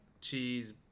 cheese